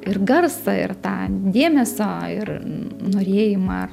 ir garsą ir tą dėmesio ir norėjimą